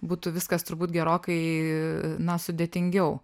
būtų viskas turbūt gerokai na sudėtingiau